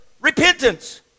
repentance